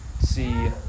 see